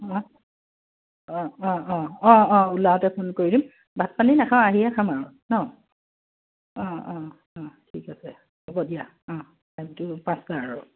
অ' অ' অ' অ' অ' অ' ওলাওঁতে ফোন কৰি দিম ভাত পানী নাখাওঁ আহিয়ে খাম আৰু ন অ' অ' অ' ঠিক আছে হ'ব দিয়া অ'